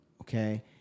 okay